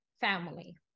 family